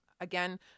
Again